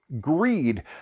greed